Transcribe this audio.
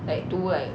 like 读 like